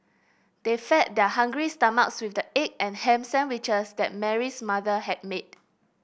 they fed their hungry stomachs with the egg and ham sandwiches that Mary's mother had made